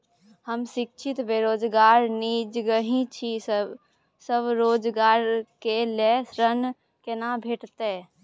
हम शिक्षित बेरोजगार निजगही छी, स्वरोजगार के लेल ऋण केना भेटतै?